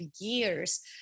years